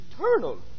eternal